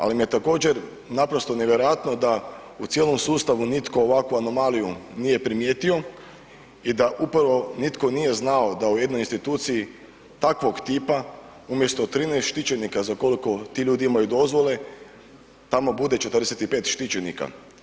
Ali mi je također, naprosto nevjerojatno da u cijelom sustavu nitko ovakvu anomaliju nije primijetio i da upravo nitno nije znao da u jednoj instituciji takvog tipa umjesto 13 štićenika za koliko ti ljudi imaju dozvole, tamo bude 45 štićenika.